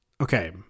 okay